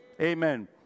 Amen